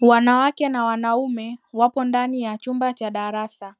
Wanawake na wanaume wapo ndani ya chumba cha darasa.